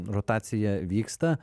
rotacija vyksta